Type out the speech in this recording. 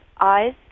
eyes